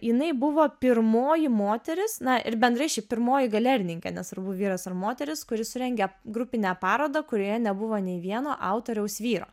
jinai buvo pirmoji moteris na ir bendrai šiaip pirmoji galerininkė nesvarbu vyras ar moteris kuri surengė grupinę parodą kurioje nebuvo nei vieno autoriaus vyro